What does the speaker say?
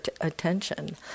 attention